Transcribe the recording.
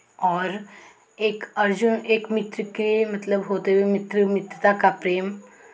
और एक अर्जुन एक मित्र के मतलब होते हुए मित्र मित्रता का प्रेम